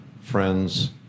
friend's